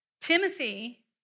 Timothy